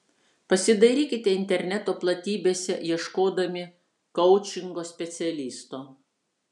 pasidairykite interneto platybėse ieškodami koučingo specialisto